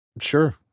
Sure